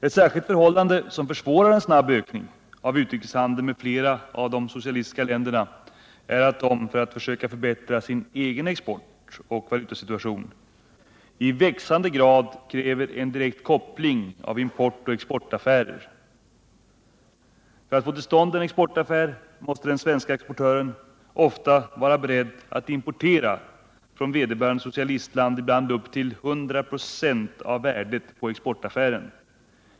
Ett särskilt förhållande som komplicerar en snabb ökning av vår utrikeshandel med flera av de socialistiska länderna är att de, för att försöka förbättra sin exportoch valutasituation, i växande grad kräver en direkt koppling av importoch exportaffärer. För att få till stånd en exportaffär måste den svenske exportören ofta vara beredd att importera från vederbörande socialistland — ibland upp till 100 96 av värdet på den exporterade varan.